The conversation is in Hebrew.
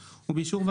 לחוק תכנון משק החלב,